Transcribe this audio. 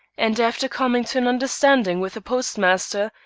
and after coming to an understanding with the postmaster,